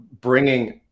bringing